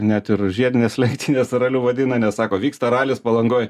net ir žiedinės lenktynės raliu vadina nes sako vyksta ralis palangoj